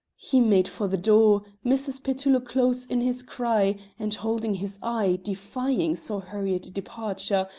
he made for the door, mrs. petullo close in his cry and holding his eye, defying so hurried a departure,